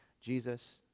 Jesus